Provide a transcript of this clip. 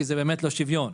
וזה באמת לא שוויון,